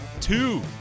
two